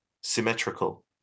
symmetrical